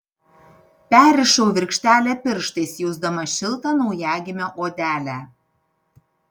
perrišau virkštelę pirštais jausdama šiltą naujagimio odelę